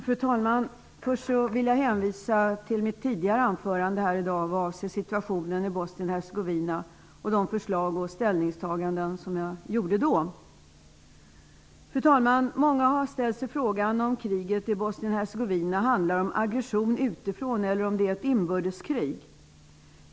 Fru talman! Först vill jag hänvisa till mitt tidigare anförande i dag avseende situationen i Bosnien Hercegovina och de förslag jag lade fram och ställningstaganden jag gjorde då. Fru talman! Många har ställt sig frågan om kriget i Bosnien-Hercegovina handlar om aggression utifrån eller om ett inbördeskrig.